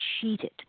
cheated